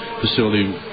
facility